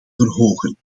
verhogen